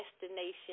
destination